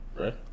Right